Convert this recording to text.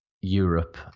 Europe